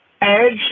Edge